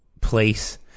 place